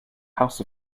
house